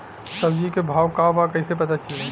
सब्जी के भाव का बा कैसे पता चली?